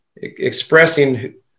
expressing